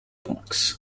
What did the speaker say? box